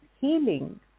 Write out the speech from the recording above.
healing